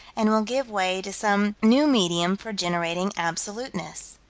and will give way to some new medium for generating absoluteness.